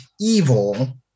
evil